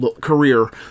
career